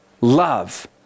love